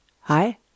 hi